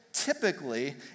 Typically